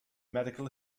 medical